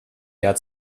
jahr